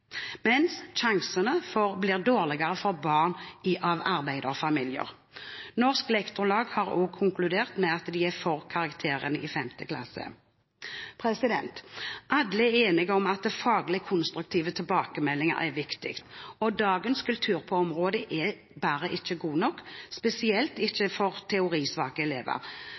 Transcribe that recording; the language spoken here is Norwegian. mens sjansene blir dårligere for barn fra arbeiderfamilier. Norsk Lektorlag har også konkludert med at de er for karakterer fra 5. klasse. Alle er enige om at faglig konstruktive tilbakemeldinger er viktig. Dagens kultur på området er ikke god nok, spesielt ikke for teorisvake elever.